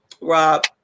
Rob